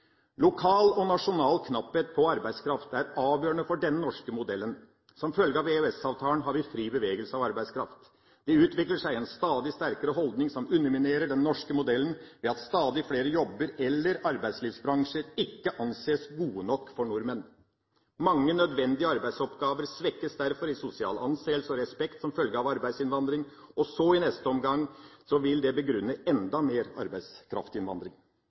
Lokal og nasjonal knapphet på arbeidskraft er avgjørende for den norske modellen. Som følge av EØS-avtalen har vi fri bevegelse av arbeidskraft. Det utvikler seg en stadig sterkere holdning som underminerer den norske modellen, ved at stadig flere jobber eller arbeidslivsbransjer ikke anses gode nok for nordmenn. Mange nødvendige arbeidsoppgaver svekkes derfor i sosial anseelse og respekt som følge av arbeidsinnvandring, noe som i neste omgang vil begrunne enda mer arbeidskraftinnvandring.